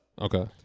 Okay